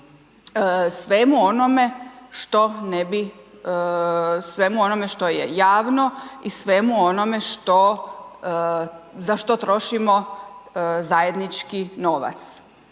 svemu onome što je javno i svemu onome za što trošimo zajednički novac.